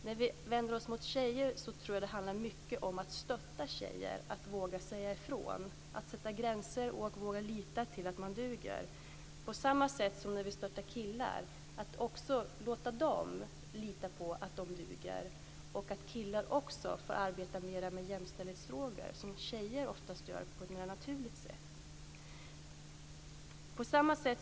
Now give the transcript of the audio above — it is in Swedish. När vi vänder oss mot tjejer tror jag att det handlar mycket om att stötta dem, så att de vågar säga ifrån, sätta gränser och lita till att de duger. På samma sätt ska vi stötta killar, så att också de kan lita på att de duger. Killar ska också få arbeta mera med jämställdhetsfrågor som tjejer oftast gör på ett mera naturligt sätt.